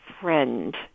friend